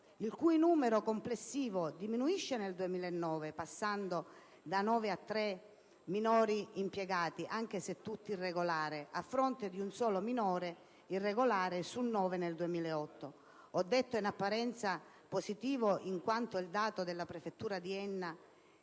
entità numerica complessiva diminuisce nel 2009, passando da nove a tre minori impiegati, anche se tutti irregolari, a fronte di un solo minore irregolare su nove nel 2008. Ho detto in apparenza positivo in quanto il dato della prefettura di Enna